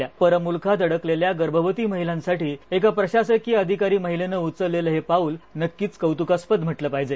दुर्दैवाने परमुलुखात अडकलेल्या गर्भवती महिलांसाठी एका प्रशासकीय अधिकारी महिलेनं उचललेलं हे पाऊल नक्कीच कौतुकास्पद म्हाले पाहिजे